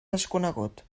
desconegut